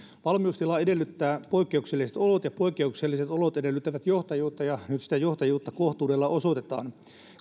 valmiustila edellyttää poik keukselliset olot ja poikkeukselliset olot edellyttävät johtajuutta ja nyt sitä johtajuutta kohtuudella osoitetaan